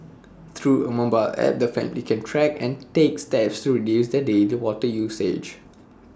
through A mobile app the family can track and take steps to reduce their daily water usage